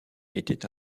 était